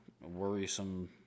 worrisome